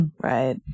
right